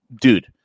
dude